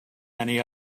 many